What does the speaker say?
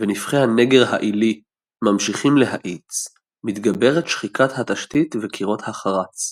ונפחי הנגר העילי ממשיכים להאיץ מתגברת שחיקת התשתית וקירות החרץ.